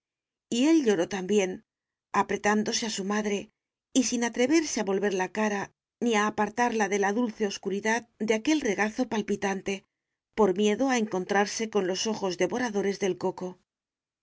él lloró también apretándose a su madre y sin atreverse a volver la cara ni a apartarla de la dulce oscuridad de aquel regazo palpitante por miedo a encontrarse con los ojos devoradores del coco